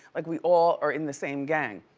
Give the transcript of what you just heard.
like we all are in the same gang,